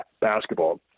basketball